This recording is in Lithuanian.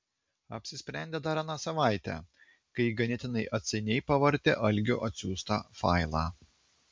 apsisprendė dar aną savaitę kai ganėtinai atsainiai pavartė algio atsiųstą failą